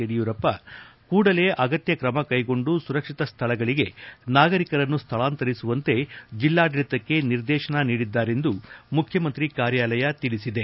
ಯಡಿಯೂರಪ್ಪ ಕೂಡಲೇ ಅಗತ್ಯ ಕ್ರಮ ಕೈಗೊಂಡು ಸುರಕ್ಷಿತ ಸ್ಥಳಗಳಿಗೆ ನಾಗರಿಕರನ್ನು ಸ್ಥಳಾಂತರಿಸುವಂತೆ ಜಿಲ್ಲಾಡಳಿತಕ್ಕೆ ನಿರ್ದೇಶನ ನೀಡಿದ್ದಾರೆಂದು ಮುಖ್ಯಮಂತ್ರಿ ಕಾರ್ಯಾಲಯ ತಿಳಿಸಿದೆ